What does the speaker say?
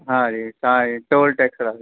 ਹਾਂ ਜੀ ਹਾਂ ਜੀ ਟੋਲ ਟੈਕਸ ਲਾ ਕੇ